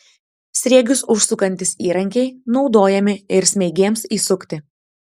sriegius užsukantys įrankiai naudojami ir smeigėms įsukti